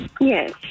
Yes